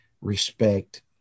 respect